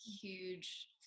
huge